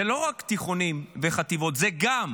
זה לא רק תיכונים וחטיבות, אלה גם